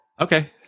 okay